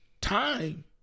Time